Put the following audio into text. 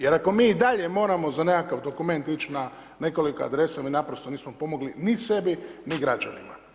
Jer ako mi i dalje moramo za nekakav dokument ići na nekoliko adresa mi naprosto nismo pomogli ni sebi ni građanima.